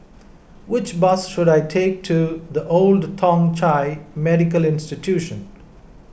which bus should I take to the Old Thong Chai Medical Institution